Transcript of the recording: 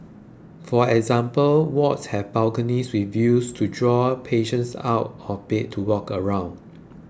for example wards have balconies with views to draw patients out of bed to walk around